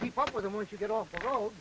keep up with him or if you get off the road